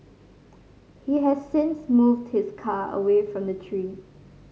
he has since moved his car away from the tree